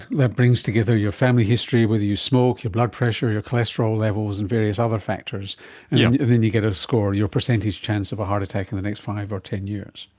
that brings together your family history, whether you smoke, your blood pressure, your cholesterol levels and various other factors, and then you get a score, your percentage chance of a heart attack in the next five or ten years.